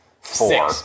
four